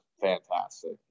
fantastic